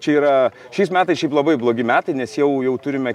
čia yra šiais metais šiaip labai blogi metai nes jau jau turime